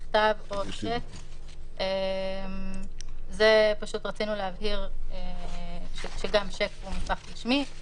מכתב או שיק"; רצינו להבהיר שגם שיק זה מסמך רשמי,